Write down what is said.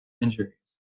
injuries